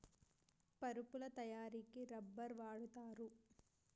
పరుపుల తయారికి రబ్బర్ వాడుతారు